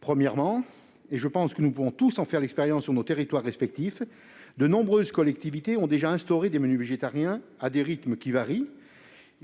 premier lieu- je pense que nous pouvons tous en faire l'expérience, chacun dans notre territoire -, de nombreuses collectivités ont déjà instauré des menus végétariens, selon des rythmes qui varient,